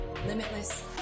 limitless